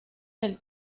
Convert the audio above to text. del